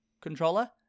controller